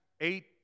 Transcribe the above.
eight